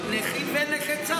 זקנים, נכים ונכי צה"ל.